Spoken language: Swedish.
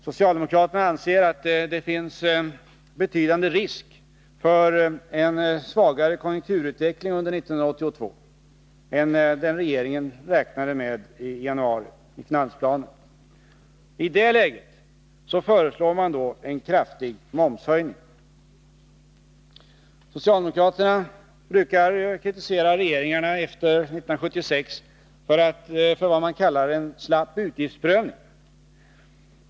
Socialdemokraterna anser att det finns betydande risk för en svagare konjunkturutveckling under 1982 än vad regeringen räknade med i finansplanen i januari. I det läget föreslår man en kraftig momshöjning. Socialdemokraterna brukar kritisera regeringarna efter 1976 för vad man kallar en slapp utgiftsprövning.